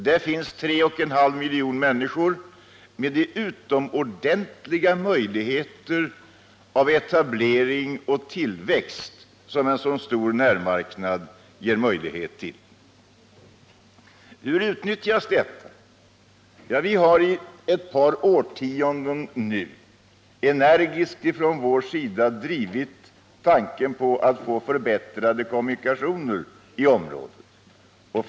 Där finns 3,5 miljoner människor med de utomordentliga möjligheter till etablering och tillväxt som en så stor närmarknad kan erbjuda. Men hur utnyttjas då detta? Ja, vi har från vår sida under ett par årtionden energiskt stött tanken att få förbättrade kommunikationer i området.